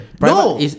No